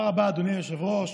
תודה רבה, אדוני היושב-ראש.